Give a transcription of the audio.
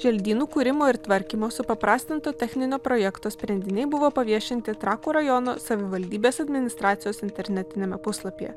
želdynų kūrimo ir tvarkymo supaprastinto techninio projekto sprendiniai buvo paviešinti trakų rajono savivaldybės administracijos internetiniame puslapyje